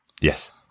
Yes